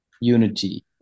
unity